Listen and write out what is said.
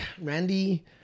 Randy